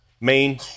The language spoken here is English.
main